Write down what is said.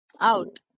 out